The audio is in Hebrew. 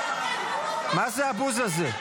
מה זה הבוז הזה?